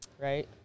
right